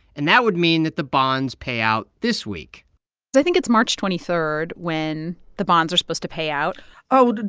and that would mean that the bonds pay out this week i think it's march twenty three when the bonds are supposed to pay out oh,